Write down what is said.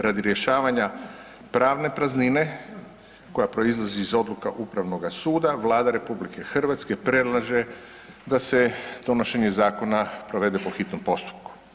Radi rješavanja pravne praznine koja proizlazi iz odluka upravnog suda Vlada RH predlaže da se donošenje zakona provede po hitnom postupku.